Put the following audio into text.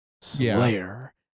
slayer